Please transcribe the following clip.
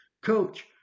coach